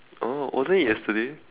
oh wasn't it yesterday